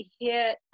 hit